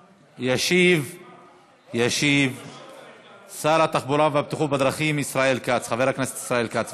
ישיב שר התחבורה והבטיחות בדרכים חבר הכנסת ישראל כץ.